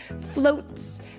floats